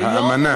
האמנה.